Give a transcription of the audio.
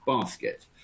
basket